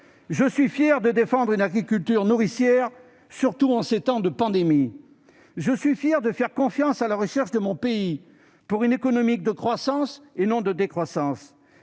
je suis fier de défendre une agriculture nourricière, surtout en ces temps de pandémie ; je suis fier de faire confiance à la recherche de mon pays pour une économie de croissance, et non de décroissance